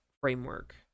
framework